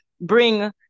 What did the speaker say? bring